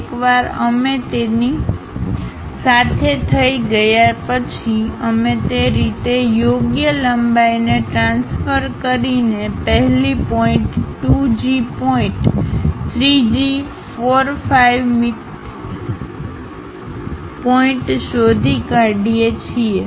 એકવાર અમે તેની સાથે થઈ ગયા પછી અમે તે રીતે યોગ્ય લંબાઈને ટ્રાન્સફર કરીને પહેલી પોઇન્ટ 2 જી પોઇન્ટ 3 જી 4 5 મી પોઇન્ટ શોધી શકીએ છીએ